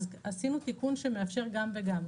עשינו תיקון שמאפשר גם וגם.